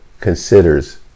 considers